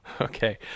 Okay